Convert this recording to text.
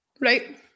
Right